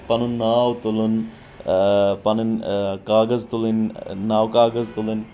پنُن ناو تُلُن پنٕنۍ کاغذ تُلٕنۍ ناو کاغذ تُلٕنۍ